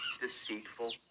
deceitful